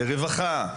לרווחה,